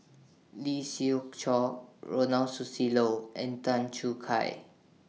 Lee Siew Choh Ronald Susilo and Tan Choo Kai